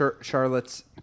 Charlotte's